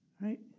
right